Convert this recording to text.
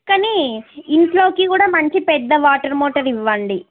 కానీ ఇంట్లోకి కూడా మంచి పెద్ద వాటర్ మోటర్ ఇవ్వండి